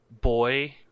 boy